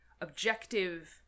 objective